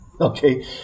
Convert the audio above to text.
okay